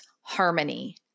harmony